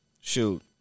Shoot